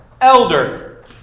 elder